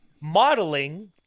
modeling